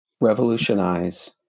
Revolutionize